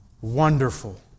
wonderful